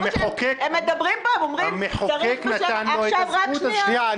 המחוקק נתן לו את הזכות הזאת.